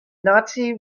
nazi